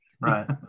Right